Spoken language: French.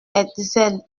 hetzel